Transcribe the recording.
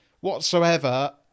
whatsoever